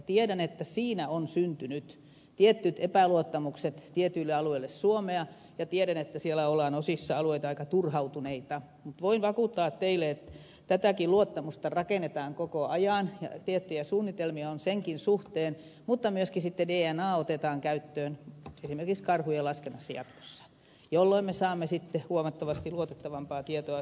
tiedän että siinä on syntynyt tietyt epäluottamukset tietyille alueille suomea ja tiedän että siellä ollaan osissa alueita aika turhautuneita mutta voin vakuuttaa teille että tätäkin luottamusta rakennetaan koko ajan ja tiettyjä suunnitelmia on senkin suhteen mutta myöskin sitten dna otetaan käyttöön esimerkiksi karhujen laskennassa jatkossa jolloin me saamme huomattavasti luotettavampaa tietoa sieltä